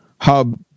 Hub